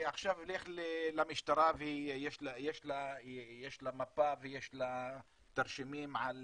ועכשיו לך למשטרה ויש לה מפה ויש לה תרשימים על